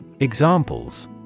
Examples